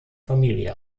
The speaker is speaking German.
familie